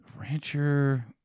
Rancher